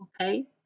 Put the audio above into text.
okay